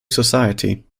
society